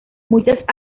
muchas